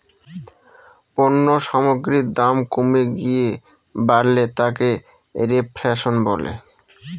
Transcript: পণ্য সামগ্রীর দাম কমে গিয়ে বাড়লে তাকে রেফ্ল্যাশন বলে